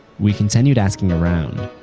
we continued asking around.